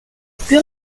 plus